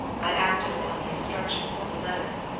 i acted upon the instructions of the letter.